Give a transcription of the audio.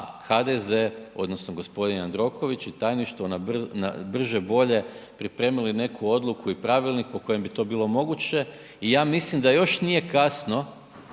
HDZ odnosno g. Jandroković i tajništvo na brže bolje pripremili neku odluku i pravilnik po kojem bi to bilo moguće i ja mislim da još nije kasno